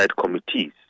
committees